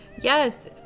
Yes